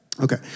Okay